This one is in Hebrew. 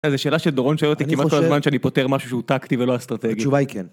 איזה שאלה שדורון שואל אותי כמעט כל הזמן שאני פותר משהו שהוא טקטי ולא אסטרטגי. התשובה היא כן.